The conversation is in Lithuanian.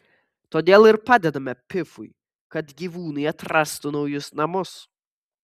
todėl ir padedame pifui kad gyvūnai atrastų naujus namus